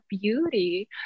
beauty